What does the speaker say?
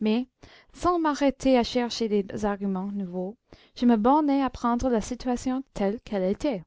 mais sans m'arrêter à chercher des arguments nouveaux je me bornai à prendre la situation telle qu'elle était